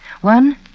One